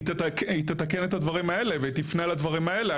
היא תתקן את הדברים האלה ותפנה לדברים האלה,